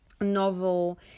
novel